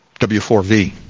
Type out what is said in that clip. W4V